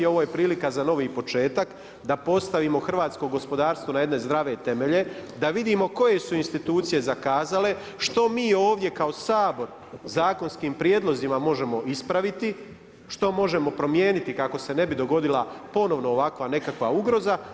Ovo je prilika za novi početak, da postavimo hrvatskog gospodarstvo na jedne zdrave temelje, da vidimo koje su institucije zakazale, što mi ovdje kao Sabor zakonskim prijedlozima možemo ispraviti, što možemo promijeniti kako se ne bi dogodila ponovno ovakva nekakva ugroza.